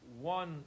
one